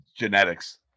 genetics